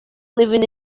living